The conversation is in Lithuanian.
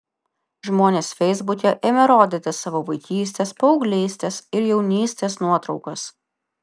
žmonės feisbuke ėmė rodyti savo vaikystės paauglystės ir jaunystės nuotraukas